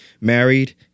married